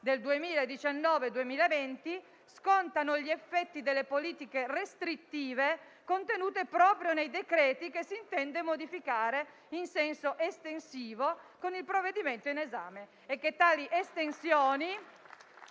del 2019-2020 scontano gli effetti delle politiche restrittive contenute proprio nei decreti che si intende modificare in senso estensivo con il provvedimento in esame